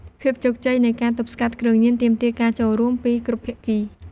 ភាពជោគជ័យនៃការទប់ស្កាត់គ្រឿងញៀនទាមទារការចូលរួម ពីគ្រប់ភាគី។